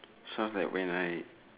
sounds like when I